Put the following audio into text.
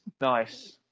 Nice